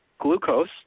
Glucose